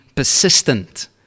Persistent